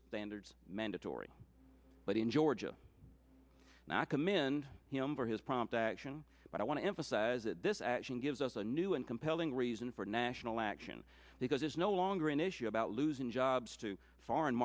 standards mandatory but in georgia not commend him for his prompt action but i want to emphasize that this action gives us a new and compelling reason for national action because it's no longer an issue about losing jobs to foreign